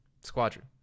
Squadron